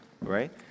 right